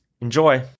Enjoy